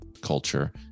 culture